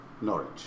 Norwich